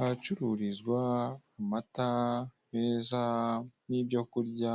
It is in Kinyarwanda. Ahacururizwa amata meza nibyo kurya